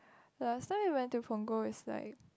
the last time we went to Punggol is like